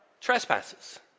trespasses